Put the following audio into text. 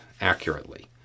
accurately